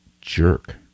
jerk